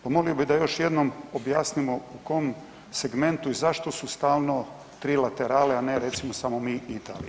Pa molio bih da još jednom objasnimo u kom segmentu i zašto su stalno 3 laterale, a ne recimo, samo mi i Italija?